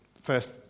first